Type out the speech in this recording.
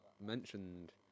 mentioned